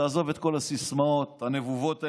תעזוב את כל הסיסמאות הנבובות האלה,